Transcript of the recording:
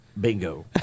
Bingo